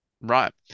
Right